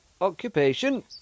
Occupation